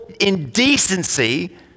indecency